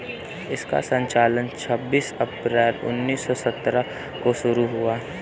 इसका संचालन छब्बीस अप्रैल उन्नीस सौ सत्तर को शुरू हुआ